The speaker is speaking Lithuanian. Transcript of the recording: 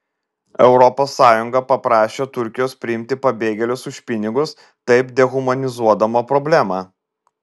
europos sąjunga paprašė turkijos priimti pabėgėlius už pinigus taip dehumanizuodama problemą